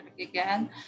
again